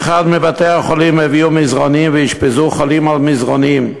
באחד מבתי-החולים הביאו מזרנים ואשפזו חולים על מזרנים.